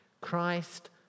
Christ